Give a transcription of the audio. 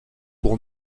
pour